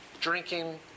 drinking